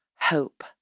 hope